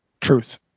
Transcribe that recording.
Truth